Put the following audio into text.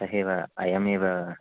अतः एव अयमेव